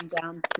down